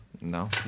No